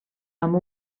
amb